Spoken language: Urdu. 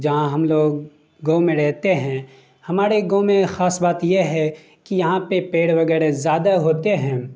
جہاں ہم لوگ گاؤں میں رہتے ہیں ہمارے گاؤں میں خاص بات یہ ہے کہ یہاں پہ پیڑ وغیرہ زیادہ ہوتے ہیں